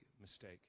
mistake